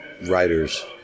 writers